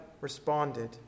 responded